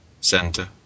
center